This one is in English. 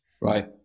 Right